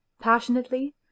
passionately